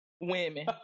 Women